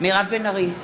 מירב בן ארי,